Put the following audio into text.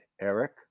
Eric